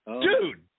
Dude